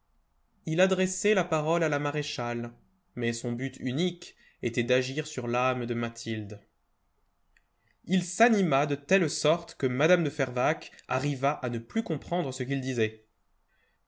il adressait la parole à la maréchale mais son but unique était d'agir sur l'âme de mathilde il s'anima de telle sorte que mme de fervaques arriva à ne plus comprendre ce qu'il disait